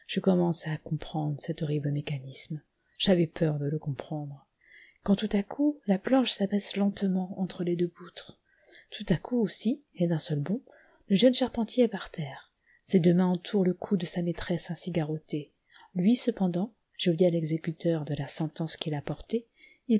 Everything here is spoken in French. commençais à comprendre cet horrible mécanisme j'avais peur de le comprendre quand tout à coup la planche s'abaisse lentement entre les deux poutres tout à coup aussi et d'un seul bond le jeune charpentier est par terre ses deux mains entourent le cou de sa maîtresse ainsi garottée lui cependant jovial exécuteur de la sentence qu'il a portée